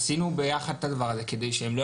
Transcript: עשינו ביחד את הדבר הזה כדי שהם לא